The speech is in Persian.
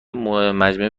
مجموعه